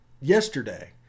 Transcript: yesterday